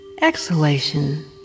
Exhalation